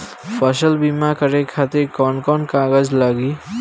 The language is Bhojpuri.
फसल बीमा करे खातिर कवन कवन कागज लागी?